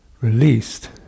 released